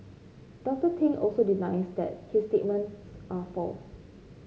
Doctor Ting also denies that his statements are false